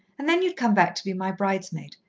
and then you'd come back to be my bridesmaid,